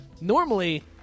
Normally